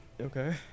Okay